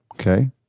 Okay